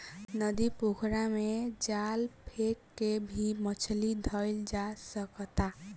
नदी, पोखरा में जाल फेक के भी मछली धइल जा सकता